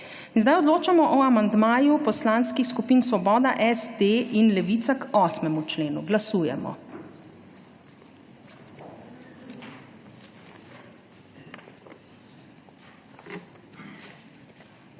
Zdaj odločamo o amandmaju poslanskih skupin Svoboda, SD in Levica k 8. členu. Glasujemo.